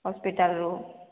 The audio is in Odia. ହସ୍ପିଟାଲ୍ରୁ